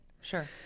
Sure